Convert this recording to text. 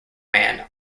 man